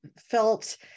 felt